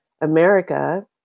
America